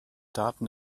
daten